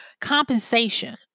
compensation